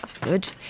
Good